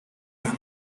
las